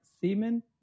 semen